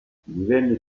divenne